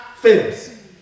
fails